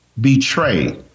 betray